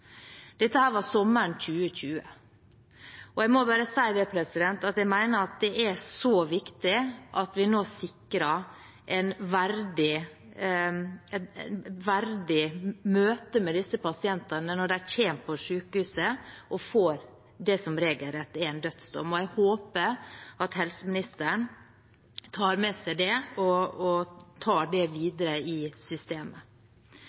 sommeren 2020. Jeg mener det er svært viktig at vi nå sikrer et verdig møte med disse pasientene når de kommer på sykehuset og får det som regelrett er en dødsdom, og jeg håper at helseministeren tar med seg det og tar det videre i systemet.